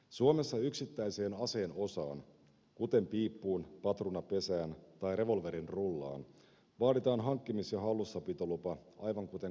suomessa yksittäiseen aseen osaan kuten piippuun patruunapesään tai revolverin rullaan vaaditaan hankkimis ja hallussapitolupa aivan kuten kokonaiseen aseeseenkin